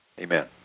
amen